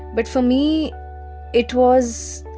but for me it was